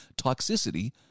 toxicity